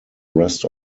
rest